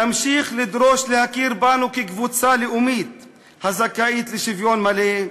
נמשיך לדרוש להכיר בנו כקבוצה לאומית הזכאית לשוויון מלא,